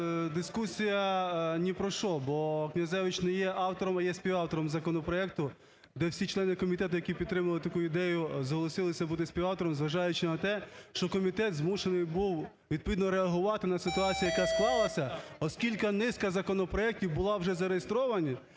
дискусія ні про що, бо Князевич не є автором, а є співавтором законопроекту, де всі члени комітету, які підтримували таку ідею зголосилися бути співавтором, зважаючи на те, що комітет змушений був відповідно реагувати на ситуацію, яка склалася, оскільки низка законопроектів була вже зареєстрована,